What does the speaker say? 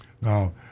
Now